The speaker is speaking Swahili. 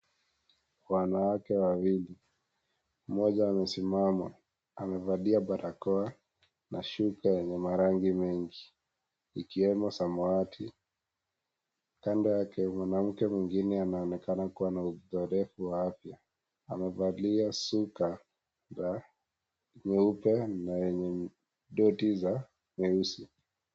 Wanawake wawili mmoja amesima amevalia barakoa na shuka yenye marangi mengi ikiwemo samawati. Kando yake mwanamke mwingine anaonekana kuwa na udhorefu wa afya amevalia shuka ya nyeupe na yenye doti za nyeusi.